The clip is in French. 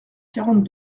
quarante